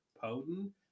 potent